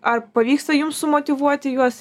ar pavyksta jums sumotyvuoti juos